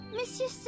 Monsieur